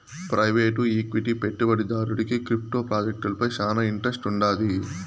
private equity పెట్టుబడిదారుడికి crypto ప్రాజెక్టులపై శానా ఇంట్రెస్ట్ వుండాది